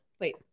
wait